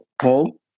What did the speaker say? Paul